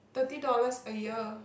thirty dollars a year